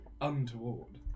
untoward